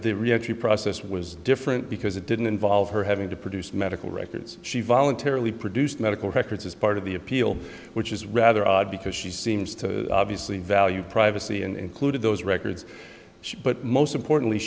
the reaction process was different because it didn't involve her having to produce medical records she voluntarily produced medical records as part of the appeal which is rather odd because she seems to obviously value privacy and clued in those records but most importantly